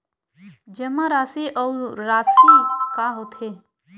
जमा राशि अउ राशि का होथे?